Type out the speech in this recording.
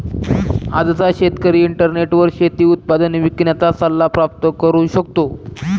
आजचा शेतकरी इंटरनेटवर शेती उत्पादन विकण्याचा सल्ला प्राप्त करू शकतो